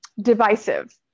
divisive